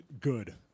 good